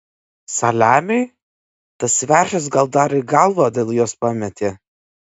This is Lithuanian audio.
saliamiui tas veršis gal dar ir galvą dėl jos pametė